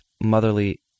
motherly